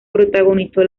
protagonizó